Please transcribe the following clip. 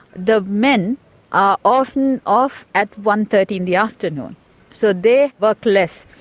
the men are often off at one-thirty in the afternoon so they work less.